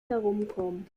herumkommen